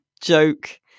joke